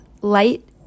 light